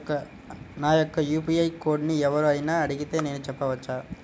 నా యొక్క యూ.పీ.ఐ కోడ్ని ఎవరు అయినా అడిగితే నేను చెప్పవచ్చా?